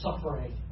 suffering